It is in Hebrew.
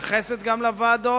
שמתייחסת גם לוועדות,